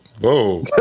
Whoa